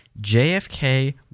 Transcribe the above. JFK